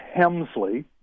Hemsley